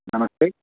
नमस्ते